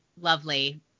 Lovely